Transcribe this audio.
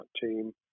team